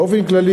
באופן כללי,